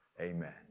amen